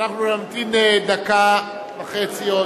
נמתין עוד דקה וחצי.